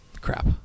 Crap